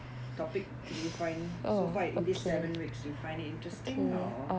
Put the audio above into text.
topic do you find so far in this seven weeks you find it interesting or